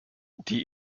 die